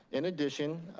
in addition,